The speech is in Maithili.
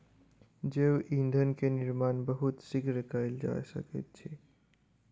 जैव ईंधन के निर्माण बहुत शीघ्र कएल जा सकै छै